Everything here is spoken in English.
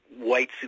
white